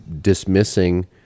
dismissing